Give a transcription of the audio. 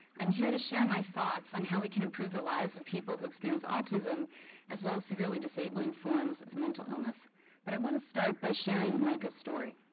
i'm here to share my thoughts on how we can improve the lives of people who experience autism as well as severely disabling forms of mental illness but i want to start by sharing mica's story.